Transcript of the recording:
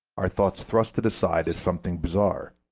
our thoughts thrust it aside as something bizarre,